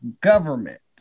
government